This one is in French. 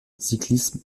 cyclisme